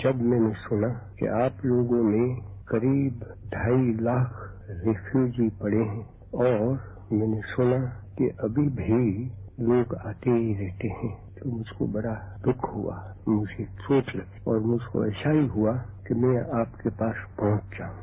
जब मैंने सुना कि आप लोगों में करीब ढाई लाख रिफ्यूजी पड़े हैं और मैंने सुना कि अभी भी लोग आते ही रहते हैं तो मुझको बड़ा दुख हुआ मुझे चोट लगी और मुझको ऐसा हुआ कि मैं आपके पास पहुंच जाऊं